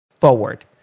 forward